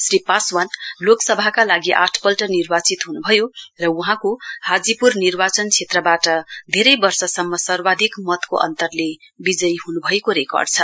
श्री पासवान लोकसभाका लागि आठपल्ट निर्वाचित हुनुभयो र वहाँको हाजीपुर निर्वाचन क्षेत्रबाट धेरै वर्षसम्म सर्वाधिक मतको अन्तरले विजयी हुनुभएको रेकर्डछ